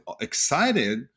excited